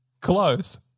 Close